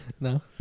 No